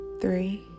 three